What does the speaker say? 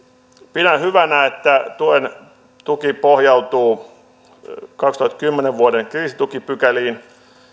pidän hyvänä että tuki pohjautuu vuoden kaksituhattakymmenen kriisitukipykäliin